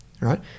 right